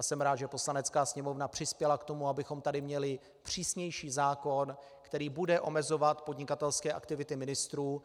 Jsem rád, že Poslanecká sněmovna přispěla k tomu, abychom tady měli přísnější zákon, který bude omezovat podnikatelské aktivity ministrů.